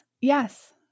yes